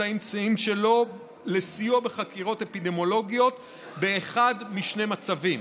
האמצעים שלו לסיוע בחקירות אפידמיולוגיות באחד משני מצבים: